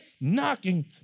knocking